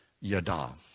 Yada